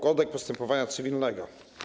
Kodeks postępowania cywilnego.